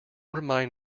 remind